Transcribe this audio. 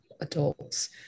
adults